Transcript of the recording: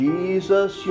Jesus